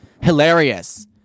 hilarious